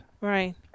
Right